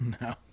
no